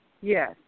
Yes